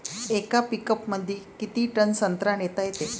येका पिकअपमंदी किती टन संत्रा नेता येते?